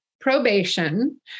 probation